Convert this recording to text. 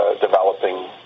developing